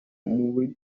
buke